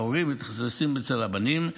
ההורים מתאכסנים אצל הבנים.